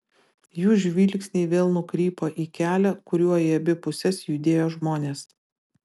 jų žvilgsniai vėl nukrypo į kelią kuriuo į abi puses judėjo žmonės